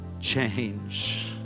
change